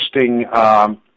interesting –